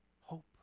Hope